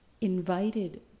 invited